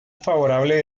favorable